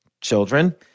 children